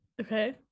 okay